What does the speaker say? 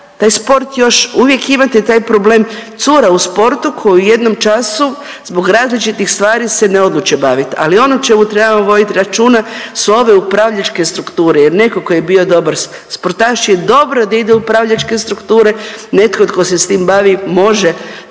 taj sport još uvijek imate taj problem cure u sportu koje u jednom času zbog različitih stvari se ne odluče bavit, ali ono čemu trebamo voditi računa su ove upravljačke strukture jer netko tko je bio dobar sportaš je dobro da ide u upravljačke strukture, netko tko se s tim bavi može